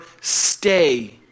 stay